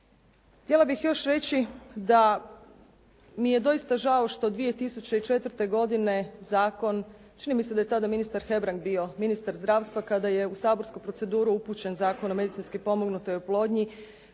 Htjela bih još reći da mi je doista žao što 2004. godine zakon, čini mi se da je tada ministar Hebrang bio ministar zdravstva, kada je u saborsku proceduru upućen Zakon o medicinski pomognutoj oplodnji